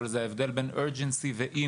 אבל זהו ההבדל בין Urgency לבין Emergency.